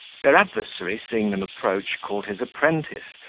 their adversary, seeing them approach, called his apprentice,